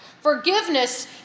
Forgiveness